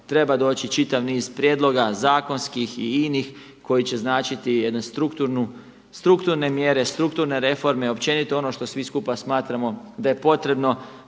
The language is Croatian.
treba doći čitav niz prijedloga zakonskih i inih koji će značiti jedne strukturne mjere, strukturne reforme općenito ono što svi skupa smatramo da je potrebno